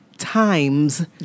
Times